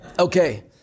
Okay